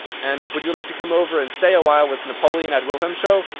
and would you like to come over and stay awhile with napoleon at wilhelmshohe?